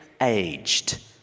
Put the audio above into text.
aged